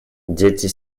дети